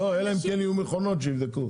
זה נכון, אלא אם יהיו מכונות שיבדקו.